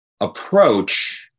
approach